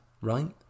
right